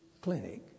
clinic